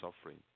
suffering